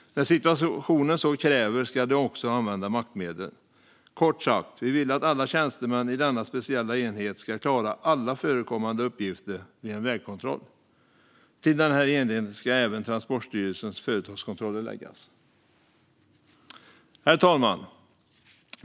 När situationen så kräver ska de också använda maktmedel. Kort sagt vill vi att alla tjänstemän i denna särskilda enhet ska klara alla förekommande uppgifter vid en vägkontroll. Till den här enheten ska även Transportstyrelsens företagskontroller läggas. Herr talman!